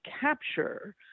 capture